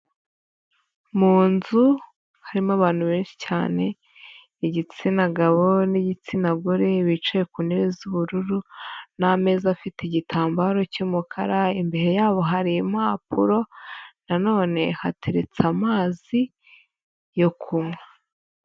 Mu nzu harimo abantu benshi cyane, igitsina gabo n'igitsina gore bicaye ku ntebe z'ubururu n'ameza afite igitambaro cy'umukara, imbere yabo hari impapuro nanone hateretse amazi yo kunywa.